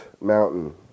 mountain